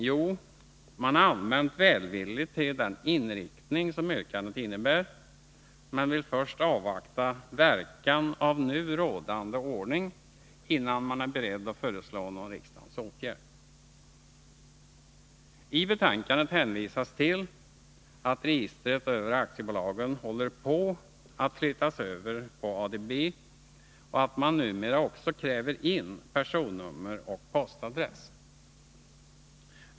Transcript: Jo, man är allmänt välvillig till yrkandets inriktning, men vill först avvakta verkan av nu rådande ordning, innan man är beredd att föreslå någon riksdagens åtgärd. I betänkandet hänvisas till att registret över aktiebolagen håller på att föras över till ADB och att man numera också kräver in personnummer och postadress.